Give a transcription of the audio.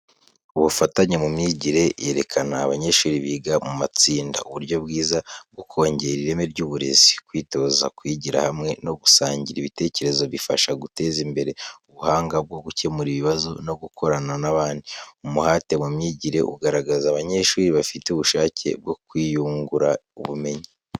Ubufatanye mu myigire yerekana abanyeshuri biga mu matsinda, uburyo bwiza bwo kongera ireme ry’uburezi. Kwitoza kwigira hamwe no gusangira ibitekerezo bifasha guteza imbere ubuhanga bwo gukemura ibibazo no gukorana n’abandi. Umuhate mu myigire ugaragaza abanyeshuri bafite ubushake bwo kwiyungura ubumenyi.